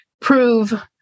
prove